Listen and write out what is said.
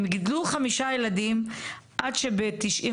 הם גידלו חמישה ילדים עד שב-98'